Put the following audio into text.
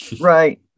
Right